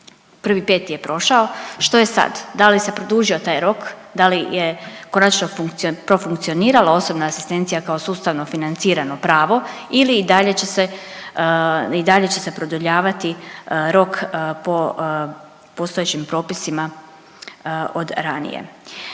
1.5. je prošao, što je sad. Da li se produžio taj rok? Da li je konačno profunkcionirala osobna asistencija kao sustavno financirano pravo ili i dalje će se i dalje će se produljavati rok po postojećim propisima od ranije?